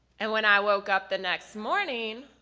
and when i woke up the next morning,